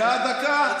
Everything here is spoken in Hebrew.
שנייה, דקה.